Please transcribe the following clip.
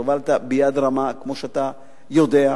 הובלת ביד רמה, כמו שאתה יודע,